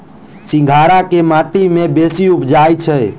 सिंघाड़ा केँ माटि मे बेसी उबजई छै?